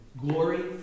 Glory